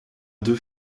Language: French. deux